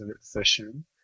session